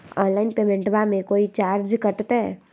Online पेमेंटबां मे कोइ चार्ज कटते?